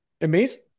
amazing